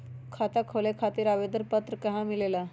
खाता खोले खातीर आवेदन पत्र कहा मिलेला?